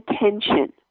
attention